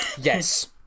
Yes